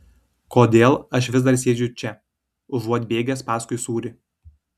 kodėl aš vis dar sėdžiu čia užuot bėgęs paskui sūrį